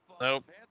Nope